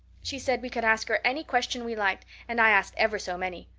she said we could ask her any question we liked and i asked ever so many.